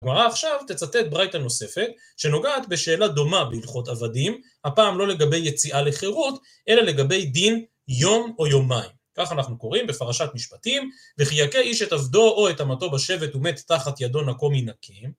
הגמרא עכשיו תצטט ברייתא נוספת, שנוגעת בשאלה דומה בהלכות עבדים, הפעם לא לגבי יציאה לחירות, אלא לגבי דין יום או יומיים. כך אנחנו קוראים בפרשת משפטים, וכי יכה איש את עבדו או את אמתו בשבט ומת תחת ידו נקום ינקם.